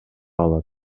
алат